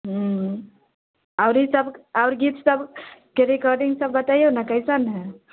ह्म्म ईसभ आओर गीतसभ आओर गीतसभ के रिकार्डिंगसभ बतैऔ ने कैसन हइ